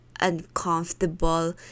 uncomfortable